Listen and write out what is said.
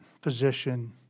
position